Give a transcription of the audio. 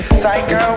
Psycho